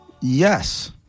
Yes